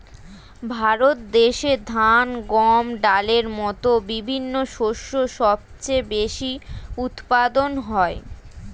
ভারত দেশে ধান, গম, ডালের মতো বিভিন্ন শস্য সবচেয়ে বেশি উৎপাদন হয়